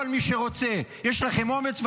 כל מי שרוצה, יש לכם אומץ?